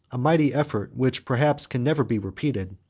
a mighty effort which perhaps can never be repeated,